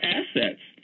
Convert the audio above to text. assets